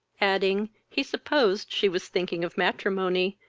adding, he supposed she was thinking of matrimony,